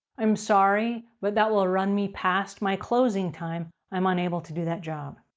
i'm sorry, but that will run me past my closing time. i'm unable to do that job.